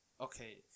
Okay